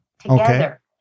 together